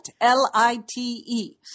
L-I-T-E